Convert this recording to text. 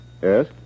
Yes